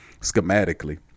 schematically